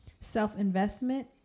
self-investment